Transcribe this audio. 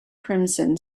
crimson